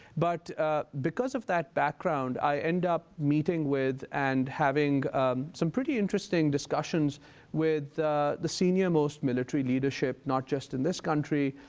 but because of that background i end up meeting with and having some pretty interesting discussions with the senior-most military leadership not just in this country,